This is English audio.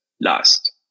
last